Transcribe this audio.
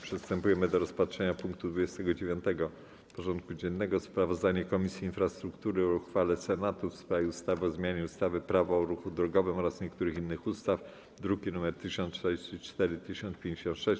Przystępujemy do rozpatrzenia punktu 29. porządku dziennego: Sprawozdanie Komisji Infrastruktury o uchwale Senatu w sprawie ustawy o zmianie ustawy - Prawo o ruchu drogowym oraz niektórych innych ustaw (druki nr 1044 i 1056)